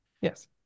Yes